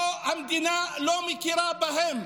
שהמדינה לא מכירה בהם,